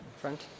front